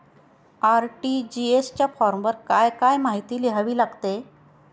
RTGS च्या फॉर्मवर काय काय माहिती लिहावी लागते?